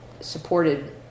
supported